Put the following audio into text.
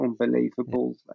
unbelievable